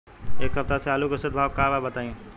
एक सप्ताह से आलू के औसत भाव का बा बताई?